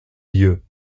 lieux